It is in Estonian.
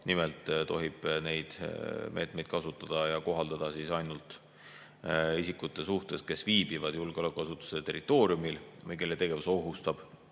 Nimelt tohib neid meetmeid kasutada ja kohaldada ainult isikute suhtes, kes viibivad julgeolekuasutuse territooriumil või kelle tegevus ohustab